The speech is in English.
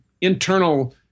internal